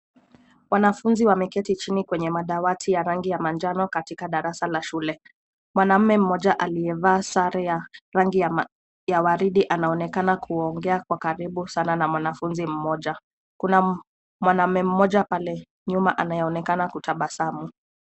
Wanafunzi wameketi chini kwenye madawati ya rangi ya manjano katika darasa la shule. Mwanamume mmoja aliyevaa sare ya rangi ya waridi anaonekana kuongea kwa karibu sana na mwanafunzi mmoja. Kuna mwanamume moja pale nyuma anayeonekana kutabasamu.